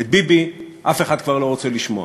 את ביבי אף אחד כבר לא רוצה לשמוע.